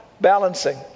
balancing